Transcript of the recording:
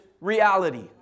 reality